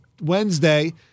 Wednesday